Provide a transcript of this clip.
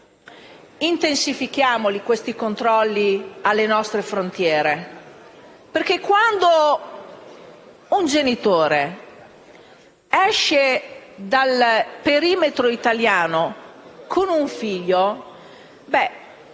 intensifichiamo i controlli alle nostre frontiere. Quando un genitore esce dal perimetro italiano con un figlio,